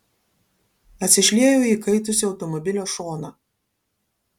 atsišliejau į įkaitusio automobilio šoną